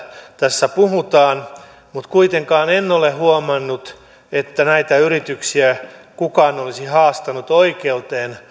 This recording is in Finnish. tässä puhutaan kuitenkaan en ole huomannut että näitä yrityksiä kukaan olisi haastanut oikeuteen